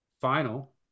final